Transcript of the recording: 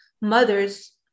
mothers